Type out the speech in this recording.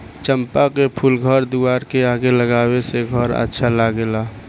चंपा के फूल घर दुआर के आगे लगावे से घर अच्छा लागेला